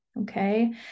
Okay